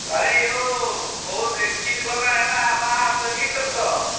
अरे यौ बहुत किछु गोटा अयला हे बाहरसँ मित्रसभ